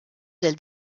del